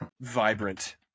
vibrant